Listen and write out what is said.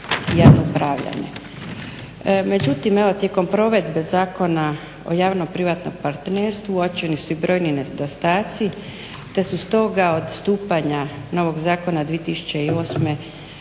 Međutim evo tijekom provedbe Zakona o javno-privatnom partnerstvu uočeni su i brojni nedostaci te su stoga odstupanja novog zakona